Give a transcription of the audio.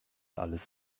alles